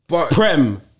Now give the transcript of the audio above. Prem